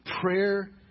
Prayer